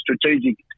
strategic